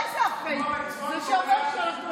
חברי הקואליציה, תאפשרו להם להשלים את הדברים.